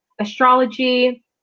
astrology